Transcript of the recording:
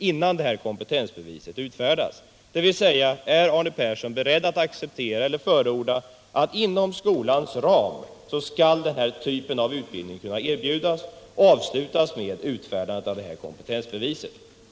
Är Arne Persson med andra ord beredd att förorda att denna typ av utbildning skall erbjudas inom skolans ram och avslutas med utfärdandet av det här kompetensbeviset?